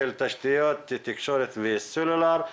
של תשתיות תקשורת וסלולר,